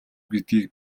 гэдгийг